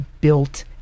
built